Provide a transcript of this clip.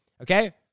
okay